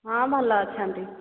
ହଁ ଭଲ ଅଛନ୍ତି